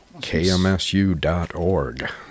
KMSU.org